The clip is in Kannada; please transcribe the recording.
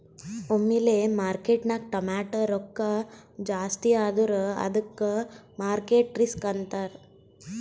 ಒಮ್ಮಿಲೆ ಮಾರ್ಕೆಟ್ನಾಗ್ ಟಮಾಟ್ಯ ರೊಕ್ಕಾ ಜಾಸ್ತಿ ಆದುರ ಅದ್ದುಕ ಮಾರ್ಕೆಟ್ ರಿಸ್ಕ್ ಅಂತಾರ್